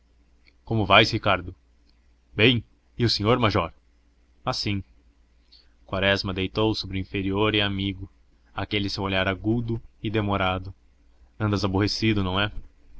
chão como vais ricardo bem e o senhor major assim quaresma deitou sobre o inferior e amigo aquele seu olhar agudo e demorado andas aborrecido não é